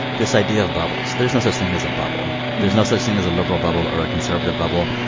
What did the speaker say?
this idea of bubbles. there's no such thing as a bubble. there's no such thing as a liberal bubble or a conservative bubble.